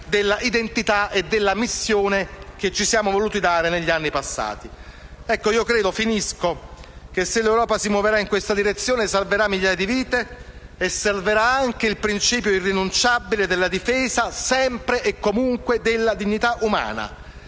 della identità e della missione che ci siamo voluti dare negli anni passati. Credo che, se l'Europa si muoverà in questa direzione, salverà migliaia di vita e salverà anche il principio irrinunciabile della difesa sempre e comunque della dignità umana,